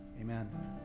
Amen